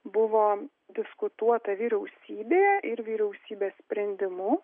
buvo diskutuota vyriausybėje ir vyriausybės sprendimu